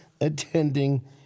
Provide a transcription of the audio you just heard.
attending